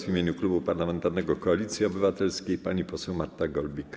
W imieniu Klubu Parlamentarnego Koalicji Obywatelskiej pani poseł Marta Golbik.